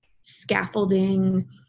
scaffolding